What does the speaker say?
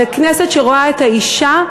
לכנסת שרואה את האישה,